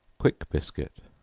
quick biscuit.